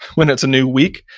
when it's a new week,